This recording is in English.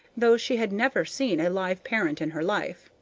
though she has never seen a live parent in her life.